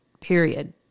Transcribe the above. period